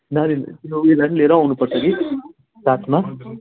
नानी उयोलाई लिएरै आउनु पर्छ कि साथमा